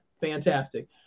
fantastic